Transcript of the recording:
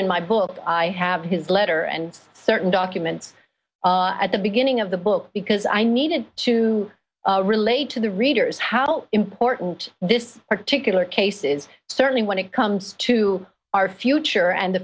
in my book i have his letter and certain documents at the beginning of the book because i needed to relate to the readers how important this particular case is certainly when it comes to our future and the